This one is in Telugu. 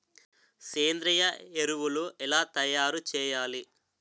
సేంద్రీయ ఎరువులు ఎలా తయారు చేయాలి?